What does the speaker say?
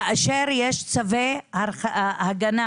כאשר יש צווי הגנה